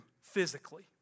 physically